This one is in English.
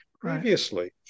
Previously